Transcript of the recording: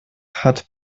hat